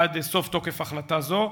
עד סוף תוקף החלטה זו.